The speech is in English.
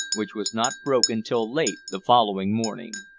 which was not broken till late the following morning.